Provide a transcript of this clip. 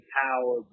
power